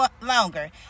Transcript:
longer